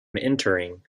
entering